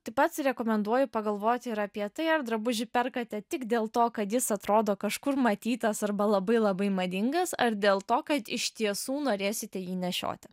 taip pat rekomenduoju pagalvoti ir apie tai ar drabužį perkate tik dėl to kad jis atrodo kažkur matytas arba labai labai madingas ar dėl to kad iš tiesų norėsite jį nešioti